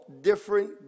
different